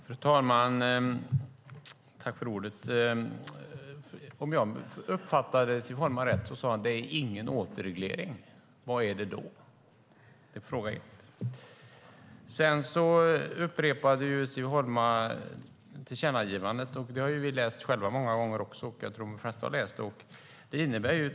Fru talman! Om jag uppfattade Siv Holma rätt sade hon: Det är ingen återreglering. Vad är det då? Det är fråga ett. Sedan upprepade Siv Holma tillkännagivandet. Det har vi själva läst många gånger. Jag tror att de flesta har läst det.